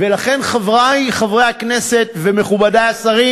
ולכן, חברי חברי הכנסת ומכובדי השרים,